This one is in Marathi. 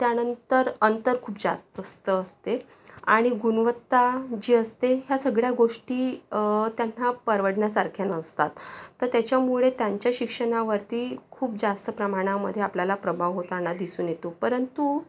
त्यानंतर अंतर खूप जास्तस्त असते आणि गुणवत्ता जी असते ह्या सगळ्या गोष्टी त्यांना परवडण्यासारख्या नसतात तर त्याच्यामुळे त्यांच्या शिक्षणावरती खूप जास्त प्रमाणामध्ये आपल्याला प्रभाव होताना दिसून येतो परंतु